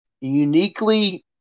uniquely